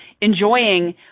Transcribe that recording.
enjoying